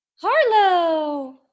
harlow